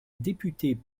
députée